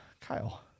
Kyle